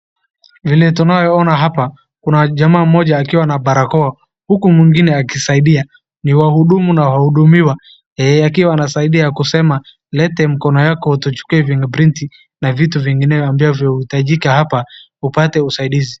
Vile tunayo ona hapa kuna jamaa mmoja akiwa na barakoa huku mwingine akisaidia. Ni wahudumu na wahudumiwa akiwa anasaidia kusema leta mkono yako tuchukue finger print na vitu vingineyo ambavyo huhitajika hapa upate usaidizi.